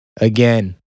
Again